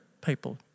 people